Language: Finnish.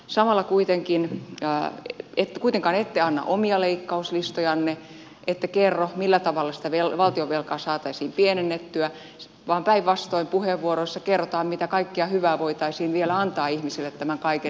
samalla ette kuitenkaan anna omia leikkauslistojanne ette kerro millä tavalla sitä valtionvelkaa saataisiin pienennettyä vaan päinvastoin puheenvuoroissa kerrotaan mitä kaikkea hyvää voitaisiin vielä antaa ihmisille tämän kaiken lisäksi